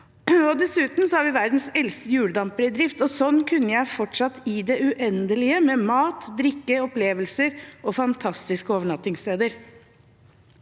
Dessuten har vi verdens eldste hjuldamper i drift. Slik kunne jeg fortsatt i det uendelige, med mat, drikke, opplevelser og fantastiske overnattingssteder.